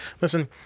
Listen